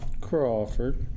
Crawford